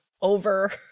over